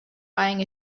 buying